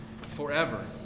forever